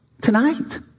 tonight